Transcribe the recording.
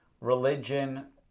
religion